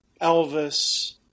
Elvis